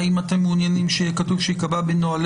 האם אתם מעוניינים שיהיה כתוב שייקבע בנהלי